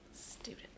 Stupid